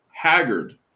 Haggard